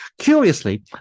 Curiously